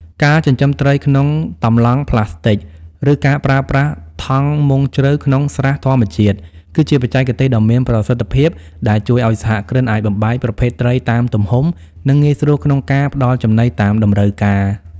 ការចិញ្ចឹមត្រីក្នុងតម្លង់ប្លាស្ទិក ឬការប្រើប្រាស់ថង់មុងជ្រៅក្នុងស្រះធម្មជាតិ គឺជាបច្ចេកទេសដ៏មានប្រសិទ្ធភាពដែលជួយឱ្យសហគ្រិនអាចបំបែកប្រភេទត្រីតាមទំហំ និងងាយស្រួលក្នុងការផ្ដល់ចំណីតាមតម្រូវការ។